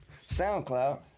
SoundCloud